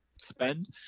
spend